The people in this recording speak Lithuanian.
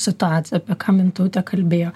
situaciją apie ką mintautė kalbėjo